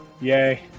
Yay